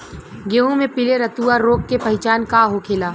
गेहूँ में पिले रतुआ रोग के पहचान का होखेला?